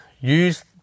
use